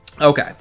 Okay